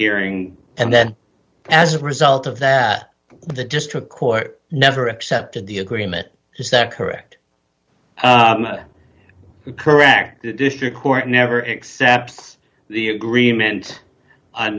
hearing and then as a result of that the district court never accepted the agreement is that correct proactive district court never excepts the agreement